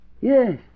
Yes